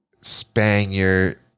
Spaniard